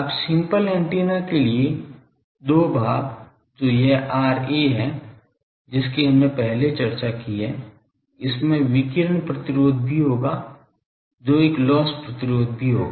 अब simple antenna के लिए दो भाग जो यह RA है जिसकी हमने पहले चर्चा की है इसमें विकिरण प्रतिरोध भी होगा जो एक लॉस प्रतिरोध भी होगा